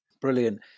Brilliant